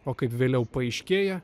o kaip vėliau paaiškėja